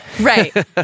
Right